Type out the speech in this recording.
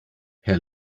herr